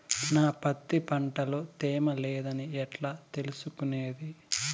నా పత్తి పంట లో తేమ లేదని ఎట్లా తెలుసుకునేది?